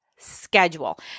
schedule